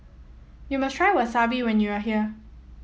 you must try Wasabi when you are here